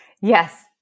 yes